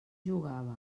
jugava